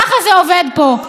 ככה זה עובד פה.